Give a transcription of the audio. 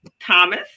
Thomas